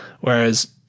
Whereas